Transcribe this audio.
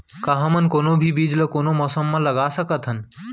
का हमन कोनो भी बीज ला कोनो मौसम म लगा सकथन?